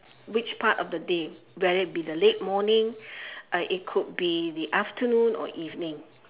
which part of the day where it be the late morning uh it could be the afternoon or evening